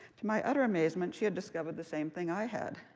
to my utter amazement, she had discovered the same thing i had.